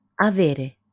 avere